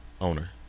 Owner